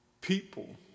People